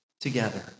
together